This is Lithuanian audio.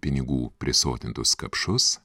pinigų prisotintus kapšus